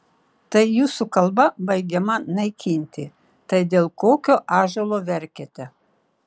tai jūsų kalba baigiama naikinti tai dėl kokio ąžuolo verkiate